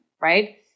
Right